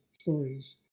stories